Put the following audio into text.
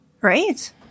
right